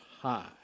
High